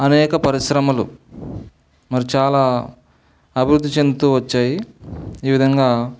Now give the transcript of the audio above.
అనేక పరిశ్రమలు మరి చాలా అభివృద్ధి చెందుతూ వచ్చాయి ఈ విధంగా